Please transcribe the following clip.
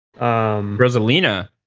Rosalina